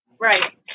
right